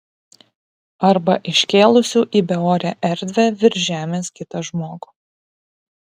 arba iškėlusių į beorę erdvę virš žemės kitą žmogų